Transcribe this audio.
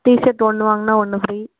tea shirt ஒன்று வாங்கினா ஒன்று ஃப்ரீ